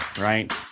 right